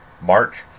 March